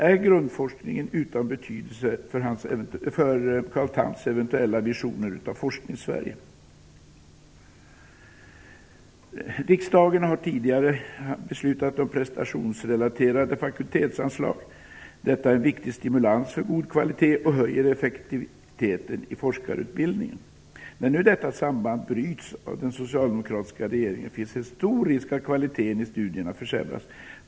Är grundforskningen utan betydelse för Carl Thams eventuella visioner om Forsknings-sverige? Riksdagen har tidigare beslutat om prestationsrelaterade fakultetsanslag. Detta är en viktig stimulans för god kvalitet och höjer effektiviteten i forskarutbildningen. När nu detta samband bryts av den socialdemokratiska regeringen finns det en stor risk att kvaliteten i studierna försämras.